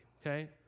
okay